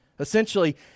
Essentially